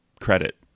credit